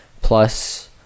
Plus